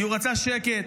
כי הוא רצה שקט,